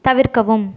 தவிர்க்கவும்